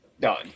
done